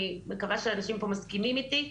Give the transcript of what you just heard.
אני מקווה שאנשים פה מסכימים איתי,